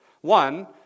One